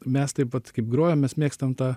mes taip vat kaip grojam mes mėgstam tą